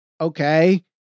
okay